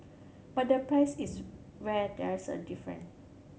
but the price is where there's a different